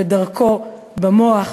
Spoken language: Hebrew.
ודרכן במוח ובלב.